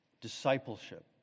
Discipleship